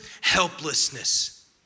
helplessness